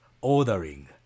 Ordering